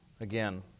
again